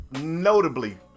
notably